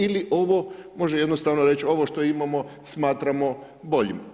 Ili ovo može jednostavno reći, ovo što imamo smatramo boljim.